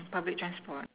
public transport